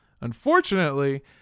Unfortunately